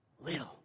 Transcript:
Little